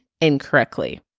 incorrectly